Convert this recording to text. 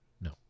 no